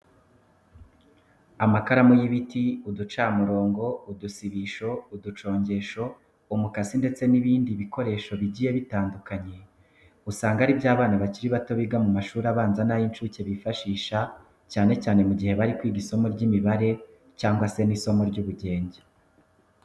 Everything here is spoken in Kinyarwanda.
Amakaramu y'ibiti, uducamurongo, udusibisho, uducongesho, umukasi ndetse n'ibindi bikoresho bigiye bitandukanye, usanga ari byo abana bakiri bato biga mu mashuri abanza n'ay'incuke bifashisha cyane cyane mu gihe bari kwiga isomo ry'imibare cyangwa se n'isomo ry'ubugenge.